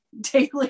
daily